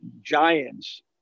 giants